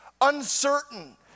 uncertain